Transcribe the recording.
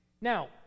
now